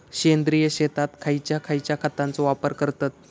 सेंद्रिय शेतात खयच्या खयच्या खतांचो वापर करतत?